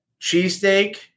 cheesesteak